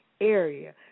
area